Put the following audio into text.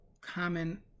common